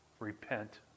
Repent